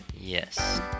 Yes